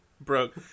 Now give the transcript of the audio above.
Broke